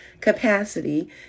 capacity